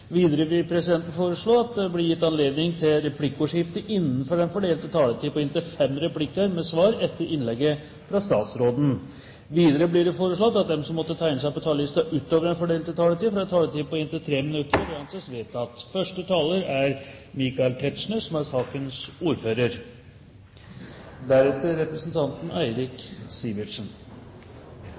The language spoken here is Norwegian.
Videre vil presidenten foreslå at det gis anledning til replikkordskifte innenfor den fordelte taletid på inntil fem replikker med svar etter innlegget fra statsråden. Videre blir det foreslått at de som måtte tegne seg på talerlisten utover den fordelte taletid, får en taletid på inntil 3 minutter. – Det anses vedtatt. Det er altså to innstillingar som er